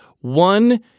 One